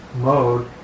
mode